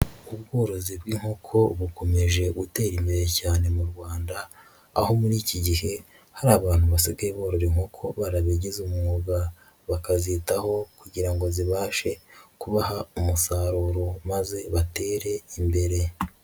Ubworozi bw'inkoko bukomeje gutera imbere cyane mu Rwanda aho muri iki gihe hari abantu basigaye borora inkoko barabigize umwuga, bakazitaho kugira ngo zibashe kubaha umusaruro maze batere imbere.